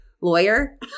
lawyer